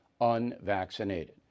unvaccinated